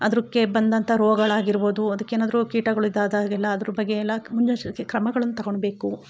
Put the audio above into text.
ಅದುಕ್ಕೆ ಬಂದಂಥ ರೋಗಳಾಗಿರ್ಬೋದು ಅದಕ್ಕೆ ಏನಾದರು ಕೀಟಗಳು ಇದಾದಗೆಲ್ಲ ಅದ್ರ ಬಗ್ಗೆಯೆಲ್ಲ ಮುನ್ ಎಚ್ಚರಿಕೆ ಕ್ರಮಗಳನ್ನು ತಗೋಳ್ಬೇಕು